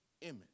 image